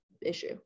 issue